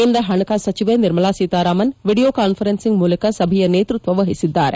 ಕೇಂದ್ರ ಹಣಕಾಸು ಸಚಿವೆ ನಿರ್ಮಲಾ ಸೀತಾರಾಮನ್ ವಿಡಿಯೋ ಕಾನ್ವರನ್ಲಿಂಗ್ ಮೂಲಕ ಸಭೆಯ ನೇತೃತ್ವ ವಹಿಸಿದ್ದಾರೆ